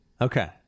Okay